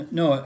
no